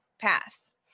pass